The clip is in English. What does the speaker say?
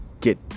get